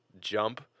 Jump